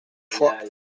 foix